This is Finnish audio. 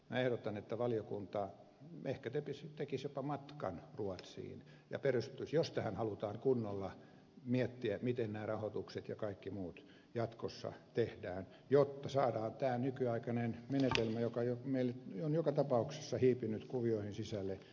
minä ehdotan että valiokunta ehkä tekisi jopa matkan ruotsiin ja perehtyisi jos tähän halutaan kunnolla miettiä miten nämä rahoitukset ja kaikki muut jatkossa tehdään jotta saadaan tämä nykyaikainen menetelmä joka meille on joka tapauksessa hiipinyt kuvioihin sisälle toteutumaan